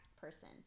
person